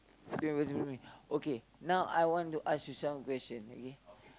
remember to bring me okay now I want to ask you some question okay